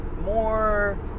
more